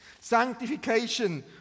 Sanctification